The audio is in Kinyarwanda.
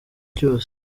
cyose